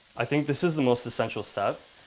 i think this is the most essential step.